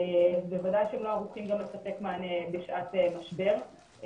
וודאי שהם לא ערוכים לספק מענה בשעת משבר.